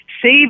save